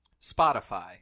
Spotify